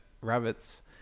rabbits